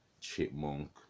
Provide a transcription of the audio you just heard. Chipmunk